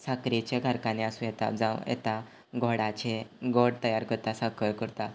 साखरेचे कारखाने आसूं येता जावं येता गोडाचे गोड तयार करता साखर करता